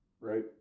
right